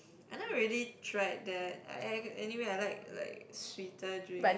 I never really tried that a~ anyway I like like sweeter drink